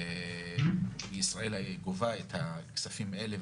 וישראל גובה את הכספים האלה,